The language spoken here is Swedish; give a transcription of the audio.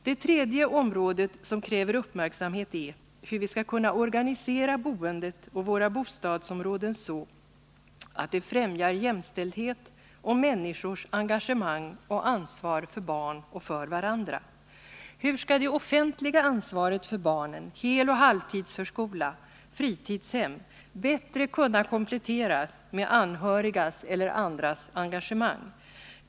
Det tredje området som kräver uppmärksamhet är hur vi skall kunna organisera boendet och våra bostadsområden så att det främjar jämställdhet och människors engagemang och ansvar för barn och för varandra. Hur skall det offentliga ansvaret för barnen, heloch halvtidsförskola och fritidshem bättre kunna kompletteras med anhörigas eller andras engage mang?